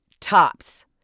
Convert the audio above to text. tops